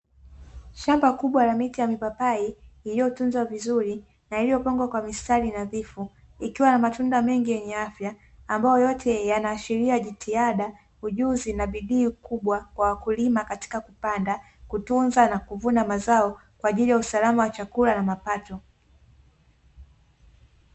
Shamba kubwa la miti ya mipapai, iliyotunzwa vizuri na iliyopangwa kwa mistari nadhifu, ikiwa na matunda mengi yenye afya, ambayo yote yanaashiria jitihada, ujuzi, na bidii kubwa kwa wakulima katika kupanda, kutunza na kuvuna mazao kwa ajili ya usalama wa chakula na mapato.